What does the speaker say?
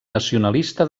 nacionalista